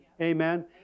Amen